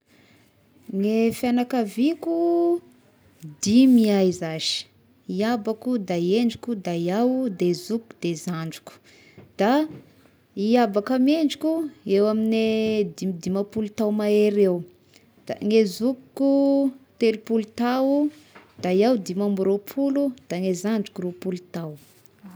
Ne fiagnakaviako dimy ihay zashy/ iabako, da iendriko, da iaho, de zokiko, de zandriko, da iabako amy iendriko eo amin'gne dimidimapolo tao mahery eo, da ne zokiko telopolo tao, da iaho dimy amby ropolo, da i zandriko roapolo tao.